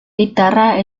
guitarra